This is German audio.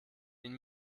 ihn